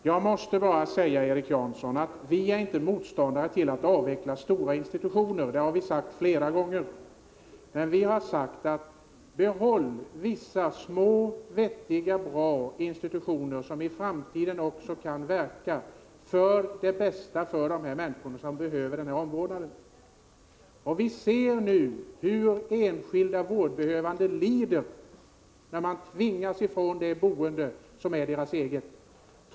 Herr talman! Jag måste bara säga, Erik Janson, att vi inte är motståndare till att avveckla stora institutioner, det har vi framhållit flera gånger. Men vi har sagt: Behåll vissa, små, vettiga och bra institutioner som i framtiden kan verka för de människor som behöver den här omvårdnaden. Vi ser nu hur enskilda vårdbehövande lider, då de tvingas ifrån det boende som är deras eget.